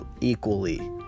equally